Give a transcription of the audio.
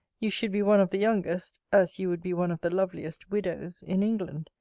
you should be one of the youngest, as you would be one of the loveliest widows in england.